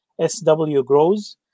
swgrows